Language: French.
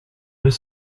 deux